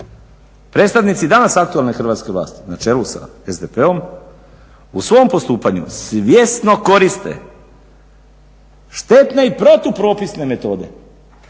Predstavnici danas aktualne hrvatske vlasti na čelu sa SDP-om u svom postupanju svjesno koriste štetne i protupropisne metode